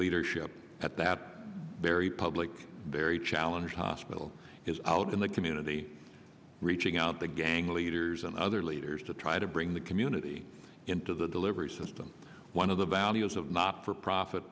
leadership at that very public very challenge hospital is out in the community reaching out to gang leaders and other leaders to try to bring the community into the delivery system one of the values of not for profit